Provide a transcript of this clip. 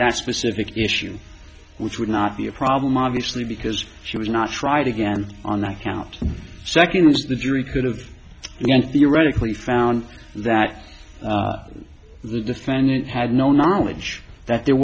that specific issue which would not be a problem obviously because she was not tried again on account second is the jury could have gone theoretically found that the defendant had no knowledge that there